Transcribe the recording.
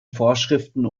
vorschriften